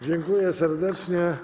Dziękuję serdecznie.